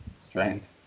strength